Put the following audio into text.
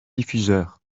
diffuseur